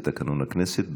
זה תקנון הכנסת.